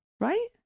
Right